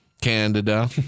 candida